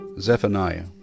Zephaniah